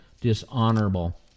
dishonorable